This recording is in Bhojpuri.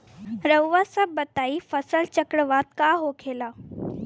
रउआ सभ बताई फसल चक्रवात का होखेला?